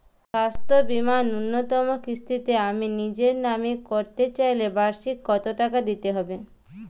স্বাস্থ্য বীমার ন্যুনতম কিস্তিতে আমি নিজের নামে করতে চাইলে বার্ষিক কত টাকা দিতে হবে?